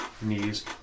knees